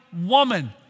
woman